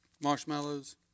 marshmallows